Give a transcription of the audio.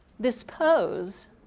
this pose,